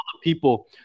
people